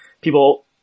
people